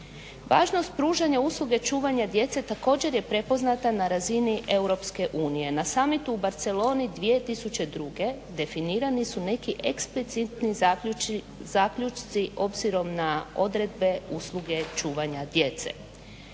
Važnost pružanja usluge čuvanja djece također je prepoznata na razini Europske unije. Na summitu u Barceloni 2002. definirani su neki eksplicitni zaključci obzirom na odredbe usluga čuvanja djece,